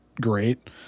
Great